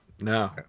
no